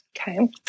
Okay